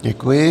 Děkuji.